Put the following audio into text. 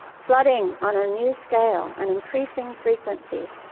flooding on a new scale, an increasing frequency,